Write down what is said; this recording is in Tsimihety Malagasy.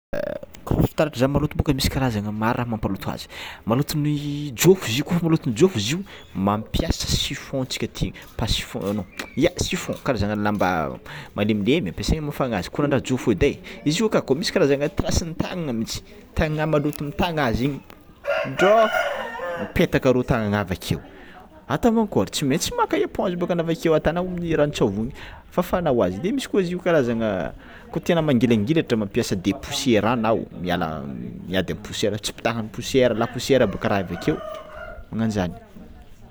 Fitaratra zany molo tokony misy karazagna maro mampaloto azy maloton'ny jôfo izy io maloton'ny jôfo izy io mampiasa chiffon antsika ty passe ia chiffon karazagna lamba malemilemy ampiasaigny hamafana azy ko nagna jôfo edy e, zio ka koa misy karazagna trasin'ny tangnagna tangagnanao maloto mitagna azy igny mipetaka aro tangagnanao avakeo, atao mankôry tsy maintsy maka eponge boka anao avakeo ataonao amin'ny ranotsavony fafanao azy de misy koa izy io ko karazana koa tianao mangilangilatra mampiasa depoussierant anao miala miady posiera tsy hipetahan'ny posiera laposiera boka raha avakeo maganjany.